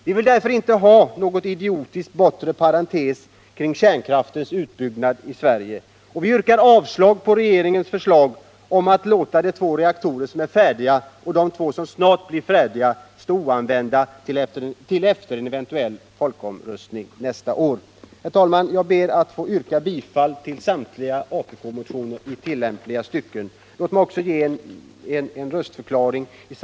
Vi vill därför inte ha något idiotiskt bortre parentestecken kring kärnkraftens utbyggnad i Sverige. Och vi yrkar avslag på regeringens förslag om att låta de två reaktorer som är färdiga och de två som snart blir färdiga stå oanvända till efter en eventuell folkomröstning nästa år. Herr talman! Jag ber att få yrka bifall till apk-motionerna 542, 2317, 2224 och 2710 i tillämpliga delar.